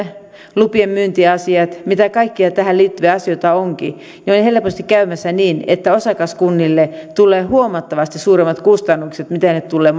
lupienmyyntiasioissa mitä kaikkia tähän liittyviä asioita onkin on helposti käymässä niin että osakaskunnille tulee huomattavasti suuremmat kustannukset kuin mitä ne tulevat